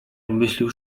obmyślił